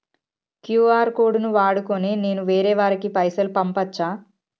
QR code ను వాడుకొని నేను వేరే వారికి పైసలు పంపచ్చా?